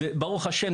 ברוך השם,